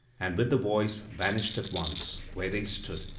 and with the voice vanished at once, where they stood.